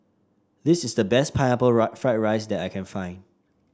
this is the best Pineapple Fried Rice that I can find